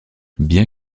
bien